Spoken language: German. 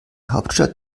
hauptstadt